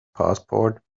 passport